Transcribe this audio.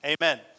Amen